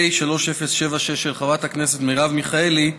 היושב-ראש, בני בגין, מרב מיכאלי,